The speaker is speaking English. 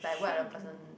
shouldn't do